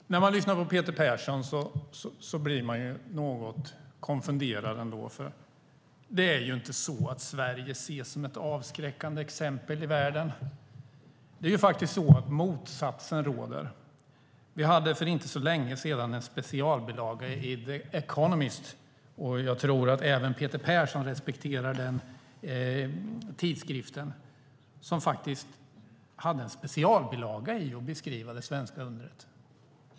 Herr talman! När jag lyssnar på Peter Persson blir jag något konfunderad. Det är ju inte så att Sverige ses som ett avskräckande exempel i världen. Det är faktiskt motsatsen som råder. För inte så länge sedan hade The Economist - en tidskrift som jag tror att även Peter Persson respekterar - en specialbilaga om det svenska undret.